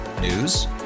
News